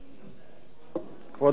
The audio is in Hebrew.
היושב-ראש,